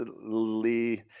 lee